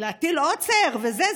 להטיל עוצר וזה?